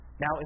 Now